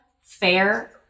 fair